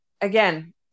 again